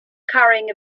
carrying